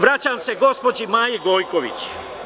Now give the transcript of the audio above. Vraćam se gospođi Maji Gojković.